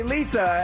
Lisa